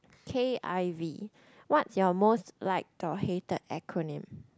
k_i_v what's your most like or hated acronym